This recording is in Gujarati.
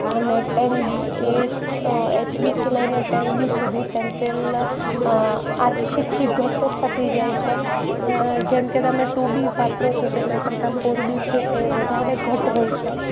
અને ટેનબી એ એચબીથી લઈને ટેનબી સુધી પેન્સિલ આછીથી ઘટ થતી જાય છે જેમકે તમે ટુબી વાપરો છો તેના કરતાં ફોરબી છે એ વધારે ઘટ હોય છે